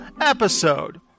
episode